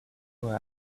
boy